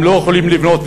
הם לא יכולים לבנות,